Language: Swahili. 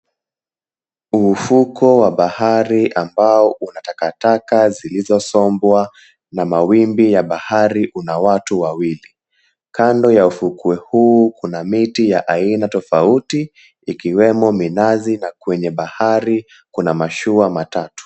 Ufukwe wa bahari ambao una takataka zilizosombwa na mawimbi ya bahari una watu wawili. Kando ya ufukwe huu kuna miti ya aina tofauti ikiwemo minazi na kwenye bahari kuna mashua matatu.